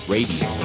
Radio